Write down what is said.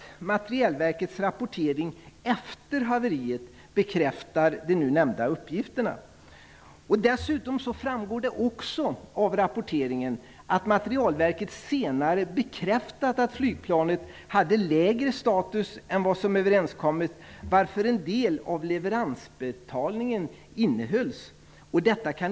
Materielverkets rapportering efter haveriet bekräftade de nu nämnda uppgifterna. Det framgår också av rapporteringen att Materielverket senare bekräftat att flyplanet hade lägre status än vad som hade överenskommits, varför en del av leveransbetalningen innehölls.